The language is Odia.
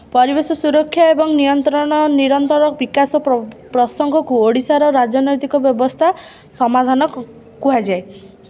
ପରିବେଶ ସୁରକ୍ଷା ଏବଂ ନିୟନ୍ତ୍ରଣ ନିରନ୍ତର ବିକାଶର ପ୍ର ପ୍ରସଙ୍ଗକୁ ଓଡ଼ିଶାର ରାଜନୈତିକ ବ୍ୟବସ୍ଥା ସମାଧାନ କ କୁହାଯାଏ